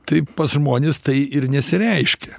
tai pas žmones tai ir nesireiškia